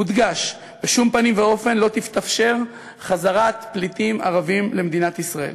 מודגש בשום פנים ואופן לא תתאפשר חזרת פליטים ערבים למדינת ישראל.